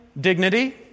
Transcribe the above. dignity